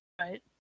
right